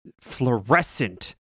fluorescent